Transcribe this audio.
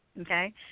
okay